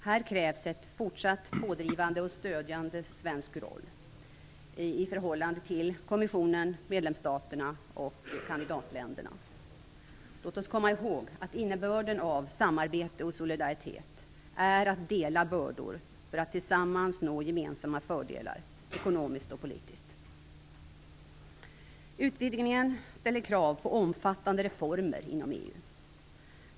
Här krävs en fortsatt pådrivande och stödjande svensk roll i förhållande till kommissionen, medlemsstaterna och kandidatländerna. Låt oss komma ihåg att innebörden av samarbete och solidaritet är att dela bördor för att tillsammans nå gemensamma fördelar, ekonomiskt och politiskt. Utvidgningen ställer krav på omfattande reformer inom EU.